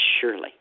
surely